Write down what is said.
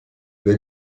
due